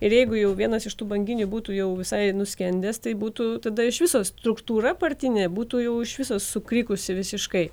ir jeigu jau vienas iš tų banginių būtų jau visai nuskendęs tai būtų tada iš viso struktūra partinė būtų jau iš viso sukrikusi visiškai